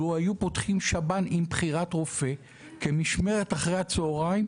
אילו היו פותחים שב"ן עם בחירת רופא כמשמרת אחר הצוהריים,